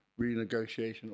renegotiation